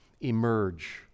emerge